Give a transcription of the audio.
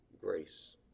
grace